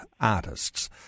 artists